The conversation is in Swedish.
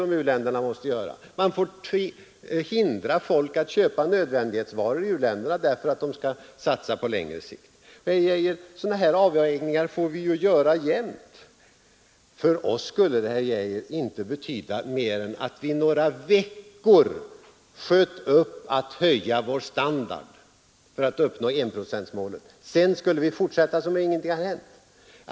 De har fått hindra folk från att köpa nödvändighetsvaror därför att landet måste satsa på längre sikt. Men sådana avvägningar får vi alltid göra, herr Geijer. För oss skulle det inte betyda mera än att vi under några veckor skulle skjuta upp att höja vår standard för att uppnå enprocentsmålet. Sedan skulle vi kunna fortsätta som om ingenting hade hänt.